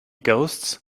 ghosts